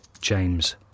James